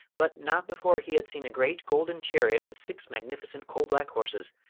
but not before he had seen a great golden chariot with six magnificent coal-black horses,